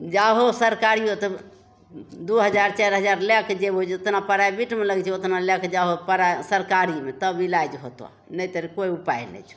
जाहो सरकारिओ तऽ दुइ हजार चारि हजार लैके जएबै जतना प्राइवेटमे लगै छै ओतना लैके जाहो परा सरकारीमे तब इलाज होतऽ नहि तऽ कोइ उपाइ नहि छऽ